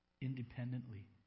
independently